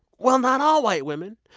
well, not all white women.